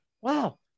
wow